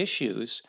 issues